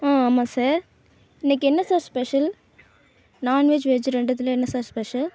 ஆ ஆமா சார் இன்னைக்கு என்ன சார் ஸ்பெஷல் நான்வெஜ் வெஜ் ரெண்டுத்துலேயும் என்ன சார் ஸ்பெஷல்